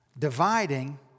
Dividing